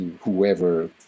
whoever